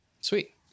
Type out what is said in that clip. Sweet